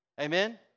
Amen